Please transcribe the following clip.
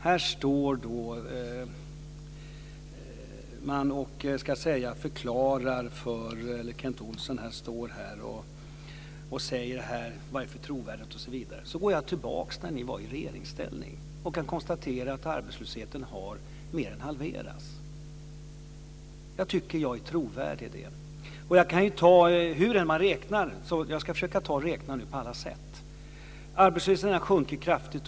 Här står Kent Olsson och frågar om trovärdighet. Då går jag tillbaka till när ni var i regeringsställning och konstaterar att arbetslösheten har mer än halverats sedan dess. Jag tycker att jag är trovärdig. Hur man än räknar - jag ska försöka göra det på alla sätt - har arbetslösheten sjunkit kraftigt.